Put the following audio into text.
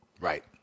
Right